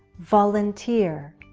volunteer.